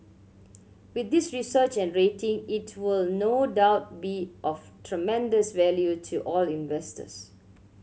with this research and rating it will no doubt be of tremendous value to all investors